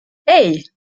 hey